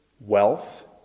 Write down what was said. wealth